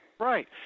Right